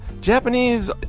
Japanese